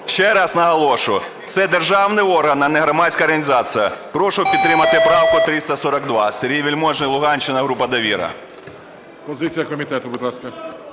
Ще раз наголошую, це державний орган, а не громадська організація. Прошу підтримати правку 342. Сергій Вельможний, Луганщина, група "Довіра". Веде засідання